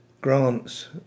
grants